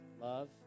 love